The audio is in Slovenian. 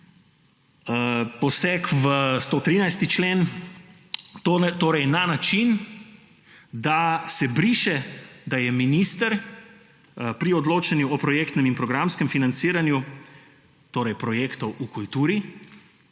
Poseg v 113. člen na način, da se briše, da je minister pri odločanju o projektnem in programskem financiranju projektov v kulturi